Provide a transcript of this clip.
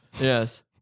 Yes